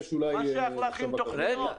יש תוכניות.